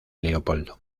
leopoldo